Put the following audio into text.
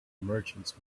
merchants